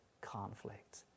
conflict